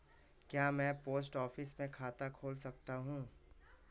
क्या मैं post office में खाता खोल सकता हूँ?